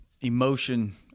emotion